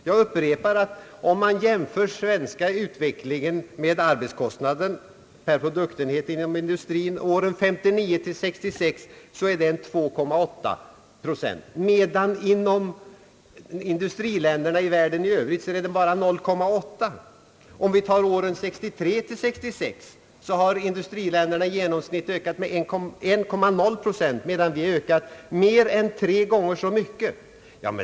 Jag upprepar, att den svenska ökningen av arbetskostnaden per produktenhet inom industrin åren 1959—1966 är 2,8 procent, medan den i industriländerna i världen i övrigt bara är 0,8 procent. Under åren 1963 till 1966 har industriländerna i genomsnitt ökat sina kostnader med 1,0 procent, medan vi ökat mer än tre gånger så mycket.